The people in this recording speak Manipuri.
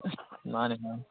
ꯑꯁ ꯃꯥꯟꯅꯤ ꯃꯥꯟꯅꯤ